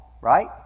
right